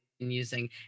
using